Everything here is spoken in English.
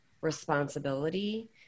responsibility